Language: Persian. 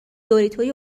دوریتوی